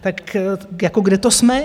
Tak jako kde to jsme?